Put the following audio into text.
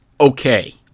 okay